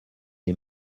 les